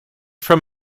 from